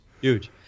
Huge